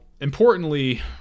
importantly